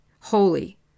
holy